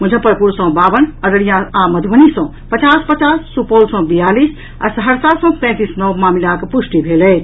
मुजफ्फरपुर सँ बावन अररिया आ मधुबनी सँ पचास पचास सुपौल सँ बियालीस आ सहरसा सँ तैंतीस नव मामिलाक पुष्टि भेल अछि